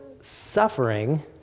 suffering